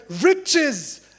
riches